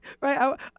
Right